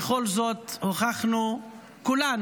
בכל זאת הוכחנו כולנו,